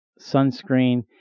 sunscreen